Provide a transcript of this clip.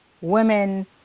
women